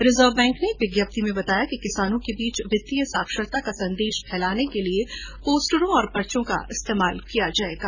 reserve bank ने एक विज्ञप्ति में बताया कि किसानों के बीच वित्तीय साक्षरता का संदेश फैलाने के लिए पोस्टरों और पर्चों का इस्तेमाल किया जाएगा